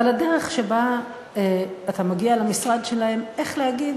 אבל הדרך שבה אתה מגיע למשרד שלהם, איך להגיד,